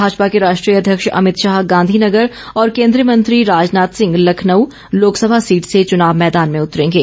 भाजपा के राष्ट्रीय अध्यक्ष अमितशाह गांधी नगर और केंद्रीय मंत्री राजनाथ सिंह लखनऊ लोकसभा सीट से चुनाव मैदान में उतरेंगे